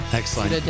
excellent